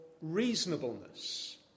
reasonableness